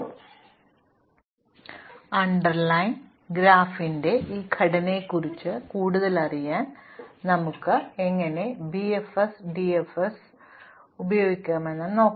അതിനാൽ അണ്ടർലൈൻ ഗ്രാഫിന്റെ ഈ ഘടനയെക്കുറിച്ച് കൂടുതലറിയാൻ നമുക്ക് എങ്ങനെ BFS DFS എന്നിവ ഉപയോഗിക്കാമെന്ന് നോക്കാം